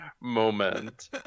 moment